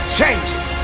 changing